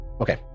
Okay